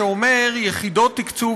שאומר: יחידות תקצוב,